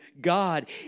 God